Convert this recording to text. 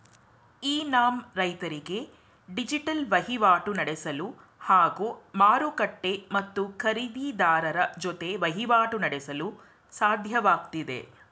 E NAM ರೈತರಿಗೆ ಡಿಜಿಟಲ್ ವಹಿವಾಟು ನಡೆಸಲು ಹಾಗೂ ಮಾರುಕಟ್ಟೆ ಮತ್ತು ಖರೀದಿರಾರರ ಜೊತೆ ವಹಿವಾಟು ನಡೆಸಲು ಸಾಧ್ಯವಾಗ್ತಿದೆ